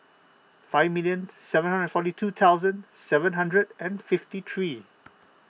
five million seven hundred forty two thousand seven hundred and fifty three